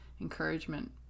encouragement